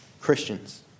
Christians